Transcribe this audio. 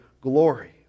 glory